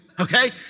okay